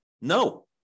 No